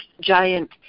giant